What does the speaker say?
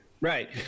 Right